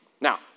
Now